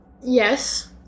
Yes